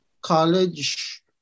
college